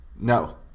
no